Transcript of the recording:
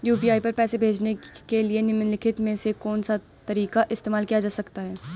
UPI पर पैसे भेजने के लिए निम्नलिखित में से कौन सा तरीका इस्तेमाल किया जा सकता है?